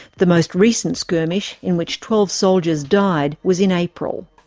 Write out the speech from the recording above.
the most recent skirmish, in which twelve soldiers died, was in april.